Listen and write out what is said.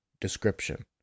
Description